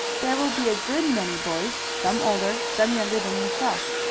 there will be a good many boys, some older, some younger than yourself.